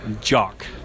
jock